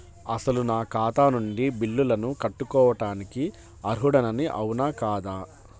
అసలు నా ఖాతా నుండి బిల్లులను కట్టుకోవటానికి అర్హుడని అవునా కాదా?